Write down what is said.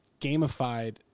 gamified